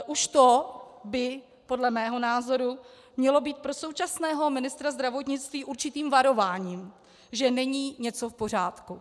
Už to by podle mého názoru mělo být pro současného ministra zdravotnictví určitým varováním, že není něco v pořádku.